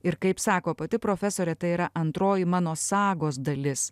ir kaip sako pati profesorė tai yra antroji mano sagos dalis